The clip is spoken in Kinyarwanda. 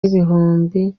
y’ibihumbi